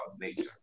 nature